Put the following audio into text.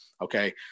Okay